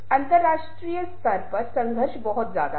और प्रोफेसर सुआर ने इस विशेष क्षेत्र में गहराई से देखा है